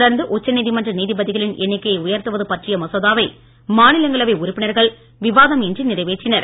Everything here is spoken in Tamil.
தொடர்ந்து உச்சநீதிமன்ற நீதிபதிகளின் எண்ணிக்கையை உயர்த்துவது பற்றிய மசோதாவை மாநிலங்களவை உறுப்பினர்கள் விவாதம் இன்றி நிறைவேற்றினர்